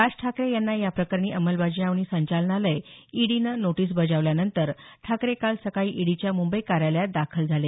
राज ठाकरे यांना या प्रकरणी अंमलबजावणी संचालनालय ईडीनं नोटीस बजावल्यानंतर ठाकरे काल सकाळी ईडीच्या मुंबई कार्यालयात दाखल झाले